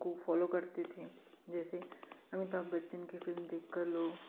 उनको फॉलो करते थे जैसे अमिताभ बच्चन की फ़िल्म देखकर लोग